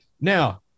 Now